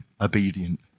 obedient